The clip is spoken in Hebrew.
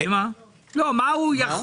מה הוא יכול